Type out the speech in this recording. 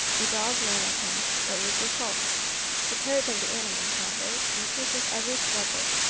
the dog ran at him, but was repulsed the courage of the animal, however, increased with every struggle,